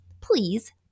please